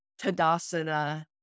Tadasana